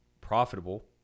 profitable